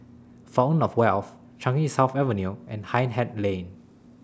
Fountain of Wealth Changi South Avenue and Hindhede Lane